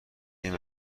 این